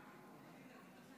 נגד.